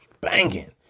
banging